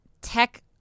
tech